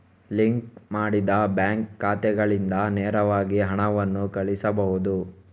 link ಮಾಡಿದ bank ಖಾತೆಗಳಿಂದ ನೇರವಾಗಿ ಹಣವನ್ನು ಕಳುಹಿಸಬಹುದು